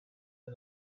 and